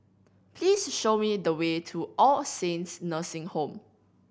please show me the way to All Saints Nursing Home